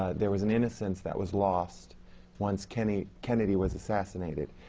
ah there was an innocence that was lost once kennedy kennedy was assassinated,